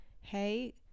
Hey